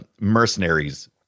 mercenaries